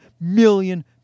million